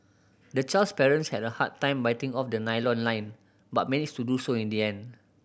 the child's parents had a hard time biting off the nylon line but managed to do so in the end